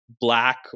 black